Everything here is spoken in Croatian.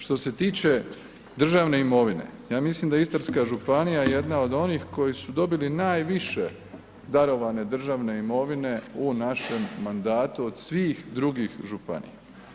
Što se tiče državne imovine, ja mislim da je Istarska županija jedna od onih koji su dobili najviše darovane državne imovine u našem mandatu od svih drugih županija.